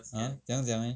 !huh! 怎样讲 leh